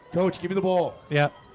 coach give you the ball. yeah.